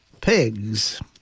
pigs